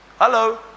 Hello